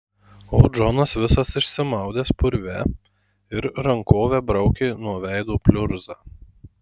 o džonas visas išsimaudęs purve ir rankove braukė nuo veido pliurzą